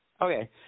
Okay